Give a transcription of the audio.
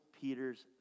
Peter's